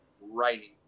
writing